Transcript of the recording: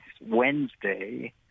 Wednesday